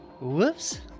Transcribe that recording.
Whoops